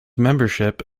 membership